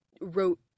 wrote